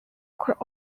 could